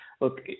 Look